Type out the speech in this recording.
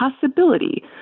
possibility